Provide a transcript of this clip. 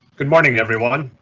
good morning everyone.